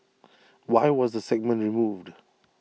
why was the segment removed